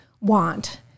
want